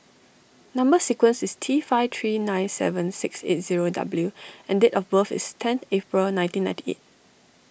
Number Sequence is T five three nine seven six eight zero W and date of birth is ten April nineteen ninety eight